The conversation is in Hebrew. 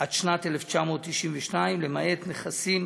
עד שנת 1992, למעט נכסים